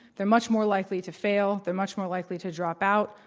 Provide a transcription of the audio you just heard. they're much more likely to fail. they're much more likely to drop out.